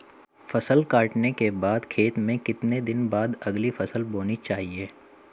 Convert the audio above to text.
फसल काटने के बाद खेत में कितने दिन बाद अगली फसल बोनी चाहिये?